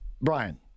Brian